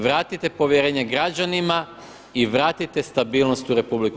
Vratite povjerenje građanima i vratite stabilnost u RH.